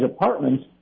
apartments